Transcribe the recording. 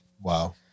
Wow